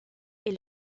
est